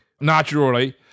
Naturally